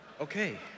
Okay